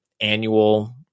annual